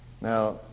Now